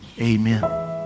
amen